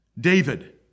David